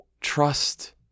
trust